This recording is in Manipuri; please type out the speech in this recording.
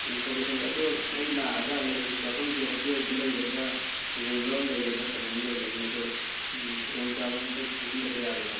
ꯑꯣ ꯐꯔꯦ ꯐꯔꯦ ꯑꯗꯣ ꯑꯩ ꯂꯥꯛꯑꯒ ꯂꯩꯐꯝ ꯆꯥꯐꯝꯁꯦ ꯍꯣꯇꯦꯜꯗ ꯂꯩꯒꯗ꯭ꯔꯥ ꯔꯦꯟ ꯂꯧꯔ ꯂꯩꯒꯗ꯭ꯔꯥ ꯀꯃꯥꯏꯅ ꯂꯩꯒꯅꯤ ꯑꯗꯣ ꯎꯝ ꯈꯨꯗꯣꯡꯆꯥꯕ ꯑꯃꯇꯪ ꯁꯤꯟꯕꯤꯔꯛꯄ ꯌꯥꯒꯗ꯭ꯔꯣ